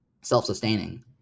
self-sustaining